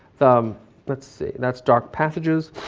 um let's see, that's dark passages.